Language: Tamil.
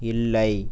இல்லை